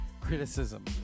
criticism